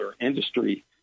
industry